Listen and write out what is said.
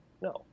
no